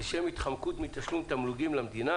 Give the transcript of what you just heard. לשם התחמקות מתשלום תמלוגים למדינה,